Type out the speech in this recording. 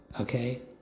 Okay